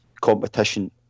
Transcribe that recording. competition